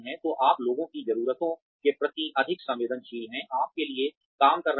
तो आप लोगों की ज़रूरतों के प्रति अधिक संवेदनशील हैं आप के लिए काम कर रहे हैं